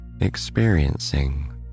Experiencing